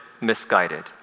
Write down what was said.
misguided